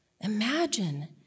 Imagine